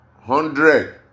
hundred